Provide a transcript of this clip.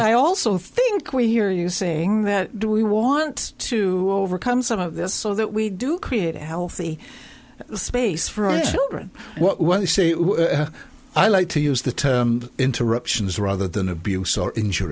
i also think we hear you saying that do we want to overcome some of this so that we do create a healthy space for our children when they say i like to use the term interruptions rather than abuse or injur